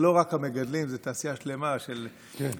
וזה לא רק המגדלים, זו תעשייה שלמה של, כן.